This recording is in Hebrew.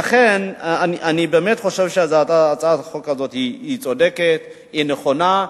לכן אני באמת חושב שהצעת החוק הזאת צודקת ונכונה.